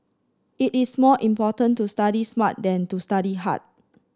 it is more important to study smart than to study hard